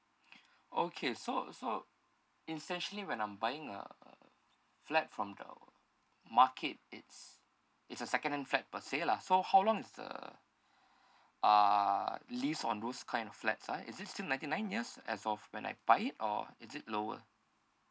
okay so so essentially when I'm buying a uh flat from the market it's it's a secondhand flat per se lah so how long is the uh lease on those kind of flats ah is it still ninety nine years as of when I buy it or is it lower